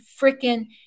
freaking